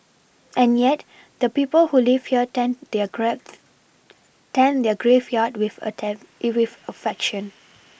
and yet the people who live here tend their grads tend their graveyard with attend with affection